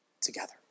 together